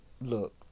look